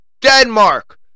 Denmark